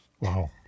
Wow